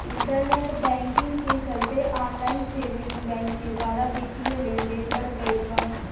internet banking के चलते online saving bank के द्वारा बित्तीय लेनदेन बढ़ गईल बा